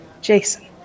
Jason